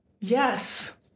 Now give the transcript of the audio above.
yes